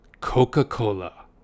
Coca-Cola